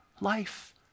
life